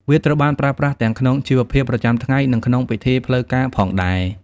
វាត្រូវបានប្រើប្រាស់ទាំងក្នុងជីវភាពប្រចាំថ្ងៃ និងក្នុងពិធីផ្លូវការផងដែរ។